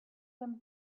them